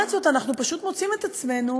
ולעומת זאת, אנחנו פשוט מוצאים את עצמנו